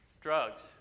drugs